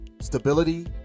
stability